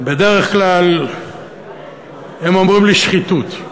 בדרך כלל הם אומרים לי: שחיתות.